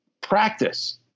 practice